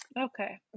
Okay